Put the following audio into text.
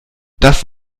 das